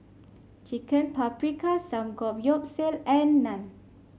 Chicken Paprikas Samgeyopsal and Naan